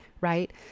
right